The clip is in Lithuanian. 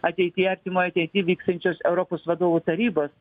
ateityje artimoj ateity vyksiančios europos vadovų tarybos